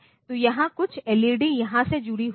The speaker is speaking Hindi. तो यहां कुछ एलईडी यहां से जुड़ी हुई हैं